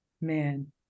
Man